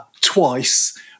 twice